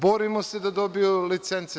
Borimo se da dobiju licence.